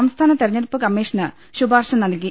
സംസ്ഥാന തെരുഞ്ഞെടുപ്പ് കമ്മീഷന് ശുപാർശ നൽകി